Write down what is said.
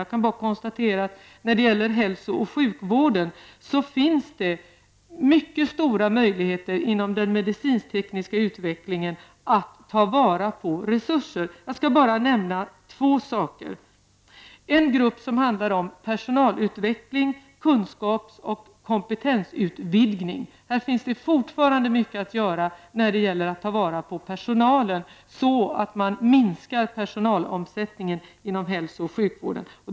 Jag kan bara konstatera att när det gäller hälso och sjukvården finns det mycket stora möjligheter inom den medicinsk-tekniska utvecklingen att ta vara på resurserna. Jag skall nämna två saker. Den ena handlar om personalutveckling och kunskaps och kompetensutvidgning. Här finns fortfarande mycket att göra när det gäller att ta vara på personalen, så att man kan minska personalomsättningen inom hälso och sjukvården.